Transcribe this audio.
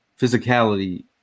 physicality